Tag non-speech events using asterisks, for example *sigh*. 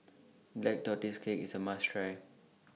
*noise* Black Tortoise Cake IS A must Try